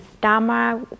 Dharma